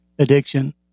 addiction